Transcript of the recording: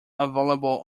available